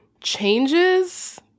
changes